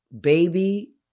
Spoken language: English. baby